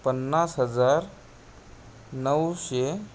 पन्नास हजार नऊशे